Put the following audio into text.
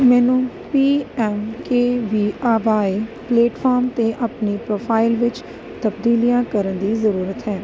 ਮੈਨੂੰ P M K V Y platform 'ਤੇ ਆਪਣੀ ਪ੍ਰੋਫਾਈਲ ਵਿੱਚ ਤਬਦੀਲੀਆਂ ਕਰਨ ਦੀ ਜ਼ਰੂਰਤ ਹੈ